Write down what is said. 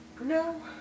No